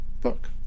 book